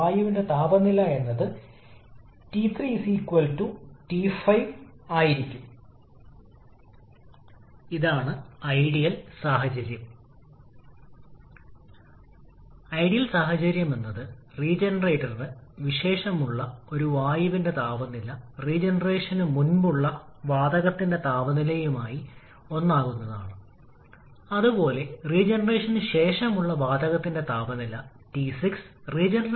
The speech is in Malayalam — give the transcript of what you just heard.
അതിനാൽ ഇവിടെയുള്ള താപനിലയുടെ കാര്യത്തിൽ മാത്രം ഐസന്റ്രോപിക് കാര്യക്ഷമതയുമായി ഇത് ഒരു ബന്ധം നൽകുന്നു മുൻപേ അറിയാം 1 150𝐶 നമ്മൾ ഇപ്പോൾ കണക്കാക്കിയ T2s